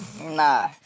Nah